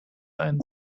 ein